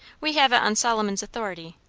we have it on solomon's authority,